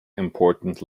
important